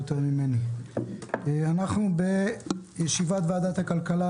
אנחנו בישיבת ועדת הכלכלה.